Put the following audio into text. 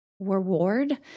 reward